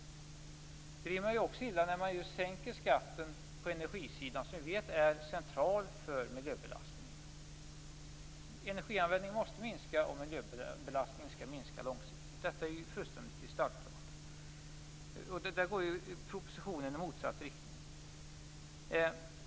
Det rimmar också illa när man sänker skatten på energisidan som vi vet är central för miljöbelastningen. Energianvändningen måste minska om miljöbelastningen skall minska långsiktigt. Detta är fullständigt kristallklart. Där går ju propositionen i motsatt riktning.